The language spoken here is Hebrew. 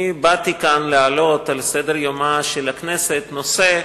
אני באתי כאן להעלות על סדר-יומה של הכנסת נושא,